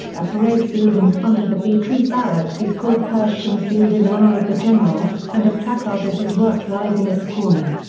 a parade field in front of the b troop barracks is called pershing field in honor of the general, and a placard of his works lies in its corner.